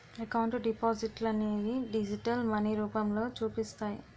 account డిపాజిట్లనేవి digital money రూపంలో చూపిస్తాయి